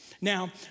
Now